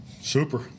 Super